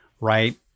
right